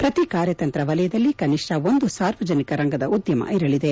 ಪ್ರತಿ ಕಾರ್ಯತಂತ್ರ ವಲಯದಲ್ಲಿ ಕನಿಷ್ಣ ಒಂದು ಸಾರ್ವಜನಿಕ ರಂಗದ ಉದ್ದಮ ಇರಲಿದೆ